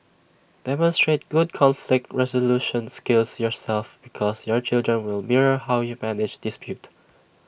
demonstrate good conflict resolution skills yourself because your children will mirror how you manage dispute